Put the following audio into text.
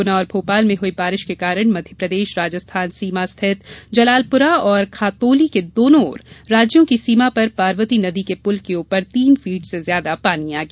गुना और भोपाल में हुई बारिश के कारण मध्यप्रदेश राजस्थान सीमा स्थित जलालपुरा और खातोली के दोनों ओर राज्यों की सीमा पर पार्वती नदी के पुल के ऊपर तीन फीट से ज्यादा पानी आ गया